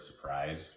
surprise